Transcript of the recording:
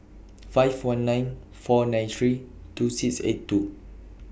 five one nine four nine three two six eight two